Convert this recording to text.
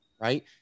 Right